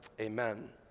Amen